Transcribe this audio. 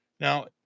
Now